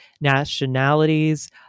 nationalities